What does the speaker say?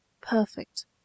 perfect